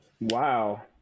Wow